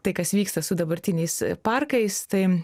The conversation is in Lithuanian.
tai kas vyksta su dabartiniais parkais tai